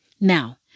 Now